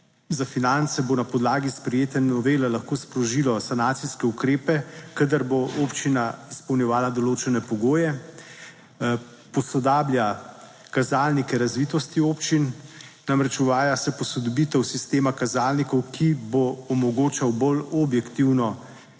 za finance bo na podlagi sprejete novele lahko sprožilo sanacijske ukrepe, kadar bo občina izpolnjevala določene pogoje. Posodablja kazalnike razvitosti občin. Namreč uvaja se posodobitev sistema kazalnikov, ki bo omogočal bolj objektivno